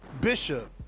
Bishop